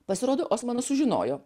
pasirodo osmanas sužinojo